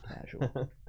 Casual